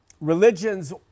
Religions